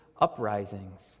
uprisings